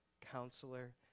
counselor